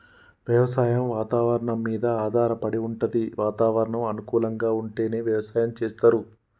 వ్యవసాయం వాతవరణం మీద ఆధారపడి వుంటది వాతావరణం అనుకూలంగా ఉంటేనే వ్యవసాయం చేస్తరు